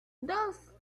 dos